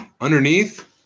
underneath